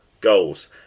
goals